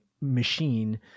machine